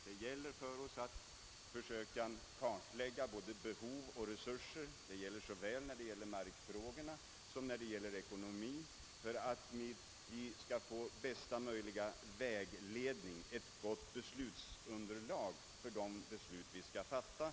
Det gäller för oss att försöka kartlägga behov och resurser såväl beträffande markfrågorna som beträffande ekonomi, för att vi skall få bästa möjliga vägledning, ett gott beslutsunderlag, för de beslut vi skall fatta.